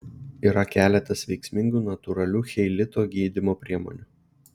yra keletas veiksmingų natūralių cheilito gydymo priemonių